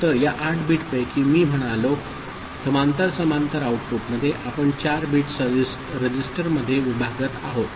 तर या 8 बिट पैकी मी म्हणालो समांतर समांतर आउटपुटमध्ये आपण 4 बिट रजिस्टर मध्ये विभागत आहोत